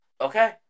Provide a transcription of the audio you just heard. Okay